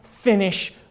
finish